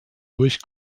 durch